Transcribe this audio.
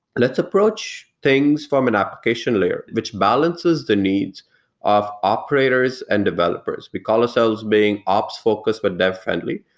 let's approach things from an application layer, which balances the needs of operators and developers. we call ourselves being ops-focused, but dev friendly.